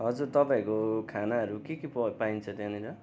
हजुर तपाईँहरूको खानाहरू के के प पाइन्छ त्यहाँनिर